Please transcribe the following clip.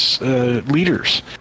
leaders